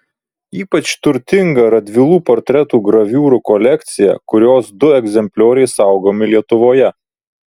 ypač turtinga radvilų portretų graviūrų kolekcija kurios du egzemplioriai saugomi lietuvoje